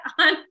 on